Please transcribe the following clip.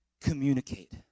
Communicate